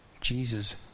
Jesus